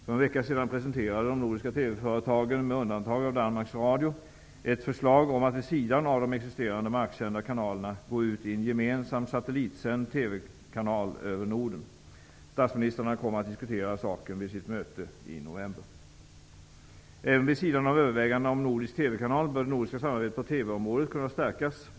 För en vecka sedan presenterade de nordiska TV företagen, med undantag av Danmarks Radio, ett förslag om att vid sidan av de existerande marksända kanalerna gå ut i en gemensam satellitsänd TV-kanal över Norden. Statsministrarna kommer att diskutera saken vid sitt möte i november. Även vid sidan av övervägandena om en nordisk området kunna stärkas.